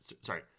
sorry